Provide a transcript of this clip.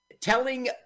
telling